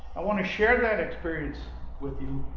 i want to share that experience with you.